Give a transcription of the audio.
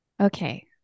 Okay